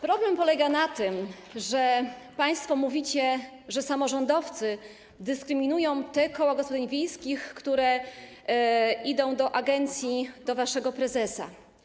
Problem polega na tym, że państwo mówicie, że samorządowcy dyskryminują te koła gospodyń wiejskich, które idą do agencji, do waszego prezesa.